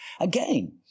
again